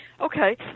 Okay